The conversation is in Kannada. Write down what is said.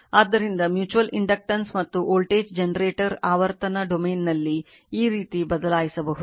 ಆದ್ದರಿಂದ ಮ್ಯೂಚುಯಲ್ ಇಂಡಕ್ಟನ್ಸ್ ಮತ್ತು ವೋಲ್ಟೇಜ್ ಜನರೇಟರ್ ಆವರ್ತನ ಡೊಮೇನ್ನಲ್ಲಿ ಈ ರೀತಿ ಬದಲಾಯಿಸಬಹುದು